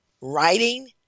writing